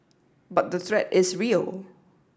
but the threat is real